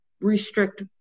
restrict